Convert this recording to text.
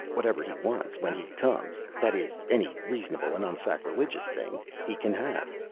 whatever he wants, when he comes that is, any reasonable and unsacrilegious thing he can have.